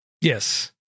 Yes